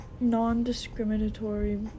non-discriminatory